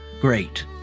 great